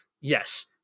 yes